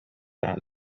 that